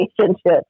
relationship